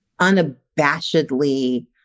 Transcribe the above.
unabashedly